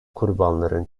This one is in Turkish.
kurbanların